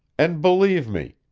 and, believe me,